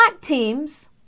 teams